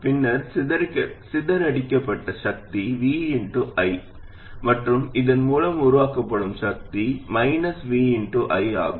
பின்னர் சிதறடிக்கப்பட்ட சக்தி V I மற்றும் இதன் மூலம் உருவாக்கப்படும் சக்தி V I ஆகும்